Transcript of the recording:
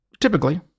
typically